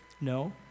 No